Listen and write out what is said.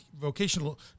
vocational